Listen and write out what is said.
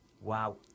wow